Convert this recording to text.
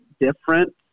different